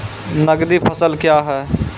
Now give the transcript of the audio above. नगदी फसल क्या हैं?